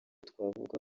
twavuga